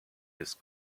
his